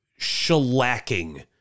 shellacking